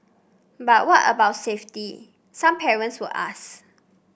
but what about safety some parents would ask